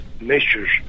measures